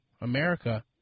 America